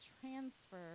transfer